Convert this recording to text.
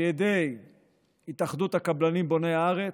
על ידי התאחדות הקבלנים בוני הארץ,